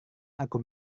aku